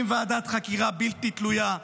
ועדת חקירה בלתי תלויה,